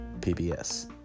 PBS